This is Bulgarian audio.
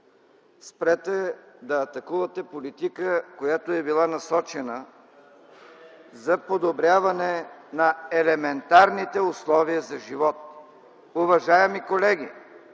спрете да атакувате политика, която е била насочена за подобряване на елементарните условия за живот. Уважаеми колеги,